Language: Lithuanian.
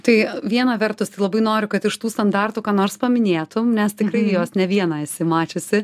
tai viena vertus tai labai noriu kad iš tų standartų ką nors paminėtum nes tikrai juos ne vieną esi mačiusi